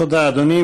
תודה, אדוני.